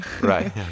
right